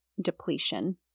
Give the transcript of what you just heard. depletion